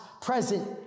present